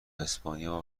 اسپانیا